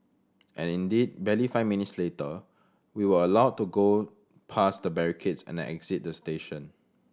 and indeed barely five minutes later we were allowed to go past the barricades and exit the station